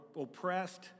oppressed